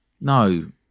No